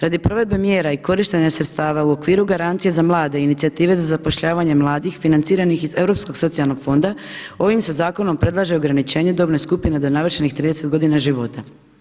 Radi provedbe mjera i korištenja sredstava u okviru garancije za mlade i inicijative za zapošljavanje mladih financirani iz Europskog socijalnog fonda ovim se zakonom predlaže ograničenje dobne skupine do navršenih 30 godina života.